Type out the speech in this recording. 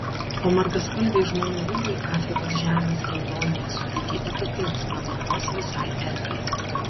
o margaspalviai žmonių rūbai afrikos žemės raudonyje suteikia ypatingos prabangos visai erdvei